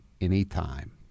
anytime